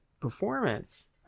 performance